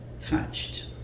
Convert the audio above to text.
touched